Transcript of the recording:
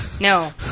No